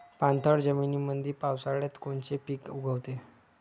पाणथळ जमीनीमंदी पावसाळ्यात कोनचे पिक उगवते?